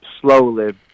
slowly